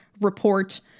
report